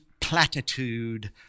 platitude